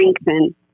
strengthen